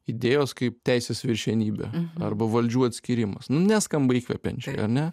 idėjos kaip teisės viršenybė arba valdžių atskyrimas nu neskamba įkvepiančiai ar ne